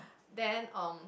then um